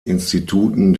instituten